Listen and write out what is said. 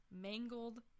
mangled